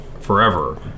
Forever